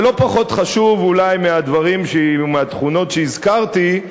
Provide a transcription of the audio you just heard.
ולא פחות חשוב אולי מהתכונות שהזכרתי,